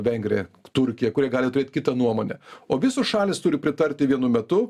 vengrija turkija kurie gali turėt kitą nuomonę o visos šalys turi pritarti vienu metu